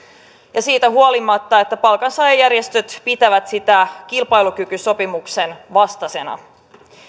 ja siitä huolimatta että palkansaajajärjestöt pitävät sitä kilpailukykysopimuksen vastaisena